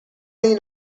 این